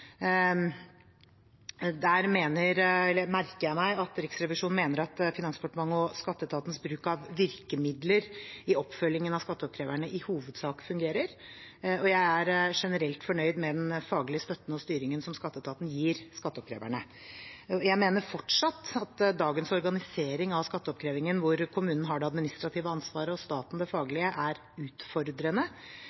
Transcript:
Der merker jeg meg at Riksrevisjonen mener at Finansdepartementet og skatteetatens bruk av virkemidler i oppfølgingen av skatteoppkreverne i hovedsak fungerer, og jeg er generelt fornøyd med den faglige støtten og styringen som skatteetaten gir skatteoppkreverne. Jeg mener fortsatt at dagens organisering av skatteoppkrevingen hvor kommunene har det administrative ansvaret og staten det